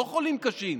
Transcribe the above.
לא חולים קשים,